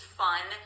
fun